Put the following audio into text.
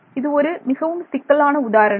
இது ஒரு மிகவும் சிக்கலான உதாரணம்